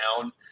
down